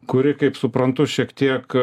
kuri kaip suprantu šiek tiek